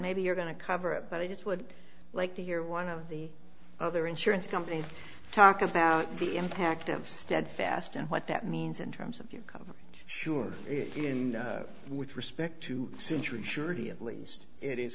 maybe you're going to cover it but i just would like to hear one of the other insurance companies talk about the impact of steadfast and what that means in terms of your cover sure in with respect to century surety at least it is